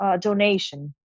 donation